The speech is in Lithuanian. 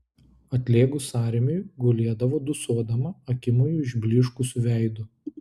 atlėgus sąrėmiui gulėdavo dūsuodama akimoju išblyškusiu veidu